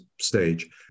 stage